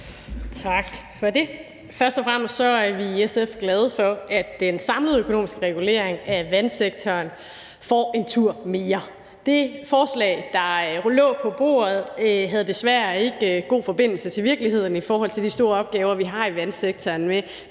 Tak for det. Først og fremmest er vi i SF glade for, at den samlede økonomiske regulering af vandsektoren får en tur mere. Det forslag, der lå på bordet, havde desværre ikke god forbindelse til virkeligheden i forhold til de store opgaver, vi har i vandsektoren, med